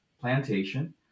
plantation